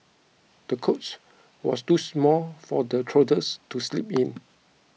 the cots was too small for the toddlers to sleep in